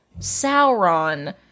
Sauron